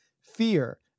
fear